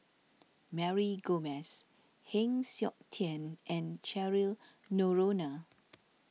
Mary Gomes Heng Siok Tian and Cheryl Noronha